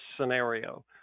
scenario